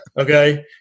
Okay